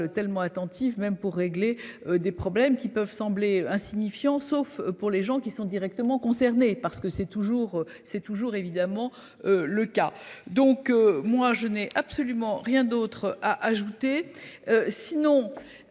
tellement attentive même pour régler des problèmes qui peuvent sembler insignifiants sauf pour les gens qui sont directement concernés parce que c'est toujours, c'est toujours évidemment. Le cas donc moi je n'ai absolument rien d'autre à ajouter.